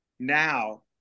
Now